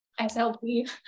SLP